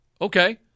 Okay